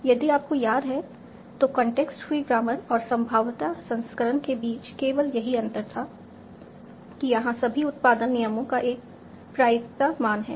यदि आपको याद है तो कॉन्टेक्स्ट फ्री ग्रामर और संभाव्यता संस्करण के बीच केवल यही अंतर था कि यहाँ सभी उत्पादन नियमों का एक प्रायिकता मान है